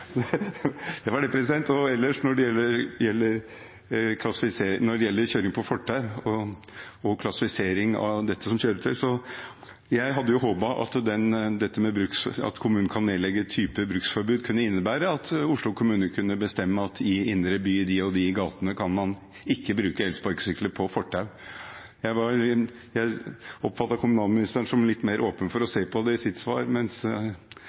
Det var det. Ellers, når det gjelder kjøring på fortau og klassifisering av dette som kjøretøy, hadde jeg håpet at det at kommunen kan nedlegge type bruksforbud, kunne innebære at Oslo kommune kunne bestemme at i indre by, i de og de gatene, kan man ikke bruke elsparkesykler på fortau. Jeg oppfattet kommunalministeren i sitt svar som litt mer åpen for å se på det,